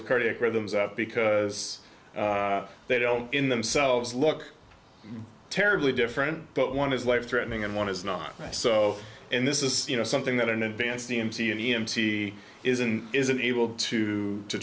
of cardiac rhythms out because they don't in themselves look terribly different but one is life threatening and one is not so and this is you know something that an advanced e m c an e m t isn't isn't able to t